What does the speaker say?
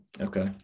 Okay